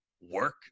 work